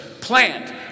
plant